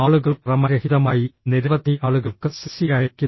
ആളുകൾ ക്രമരഹിതമായി നിരവധി ആളുകൾക്ക് സിസി അയയ്ക്കുന്നു